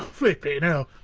flipping hell,